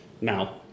Now